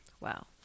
Wow